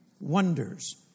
wonders